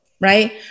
right